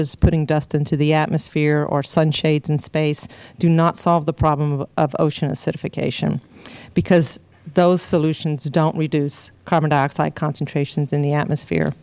as putting dust into the atmosphere or sun shades in space do not solve the problem of ocean acidification because those solutions don't reduce carbon dioxide concentrations in the atmosphere